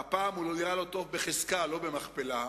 והפעם הוא נראה לא טוב בחזקה, לא במכפלה,